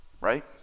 Right